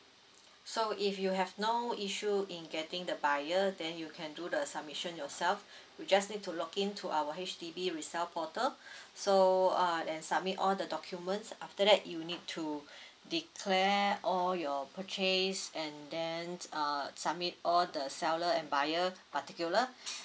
so if you have no issue in getting the buyer then you can do the submission yourself you just need to log in to our H_D_B resell portal so uh and submit all the documents after that you need to declare all your purchase and then uh submit all the seller and buyer particular